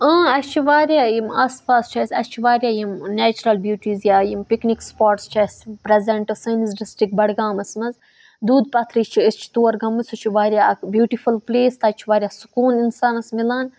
اۭں اَسہِ چھِ واریاہ یِم آس پاس چھِ اَسہِ اَسہِ چھِ واریاہ یِم نیچرَل بیوٹیٖز یا یِم پِکنِک سپاٹٕس چھِ اَسہِ پریزنٹ سٲنِس ڈِسٹرک بَڈگامَس مَنٛز دوٗد پَتھری چھِ أسۍ چھِ تور گٔمٕژۍ سُہ چھِ واریاہ اَکھ بییوٹِفُل پٕلیس تَتہِ چھُ واریاہ سکوٗن اِنسانَس مِلان